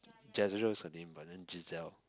Jezreel is her name but then Giselle